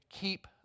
keep